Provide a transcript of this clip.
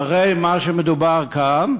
הרי מדובר כאן,